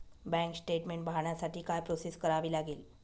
Bank statement पाहण्यासाठी काय process करावी लागेल?